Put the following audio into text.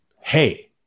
hey